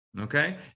Okay